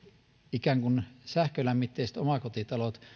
ikään kuin sähkölämmitteiset omakotitalot